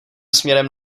směrem